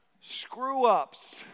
screw-ups